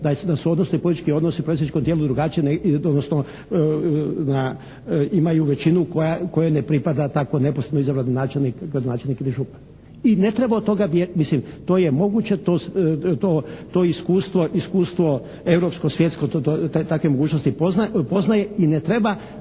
da su politički odnosi u predstavničkom tijelu drugačiji, odnosno imaju većinu kojoj ne pripada tako neposredno izabrani načelnik, gradonačelnik ili župan. I ne treba od toga, mislim to je moguće, to iskustvo europsko, svjetsko takve mogućnosti poznaje i ne treba